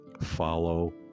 follow